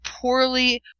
poorly